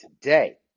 Today